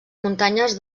muntanyes